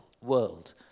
world